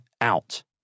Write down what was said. out